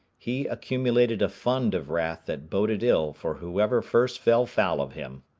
he accumulated a fund of wrath that boded ill for whoever first fell foul of him.